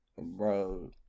bro